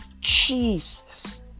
Jesus